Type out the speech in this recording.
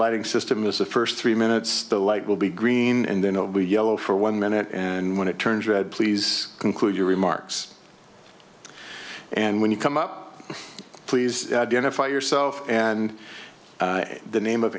lighting system is the first three minutes the light will be green and then it will be yellow for one minute and when it turns red please conclude your remarks and when you come up please identify yourself and the name of